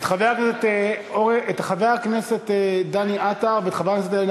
את חבר הכנסת דני עטר ואת חברת הכנסת איילת